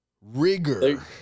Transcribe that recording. rigor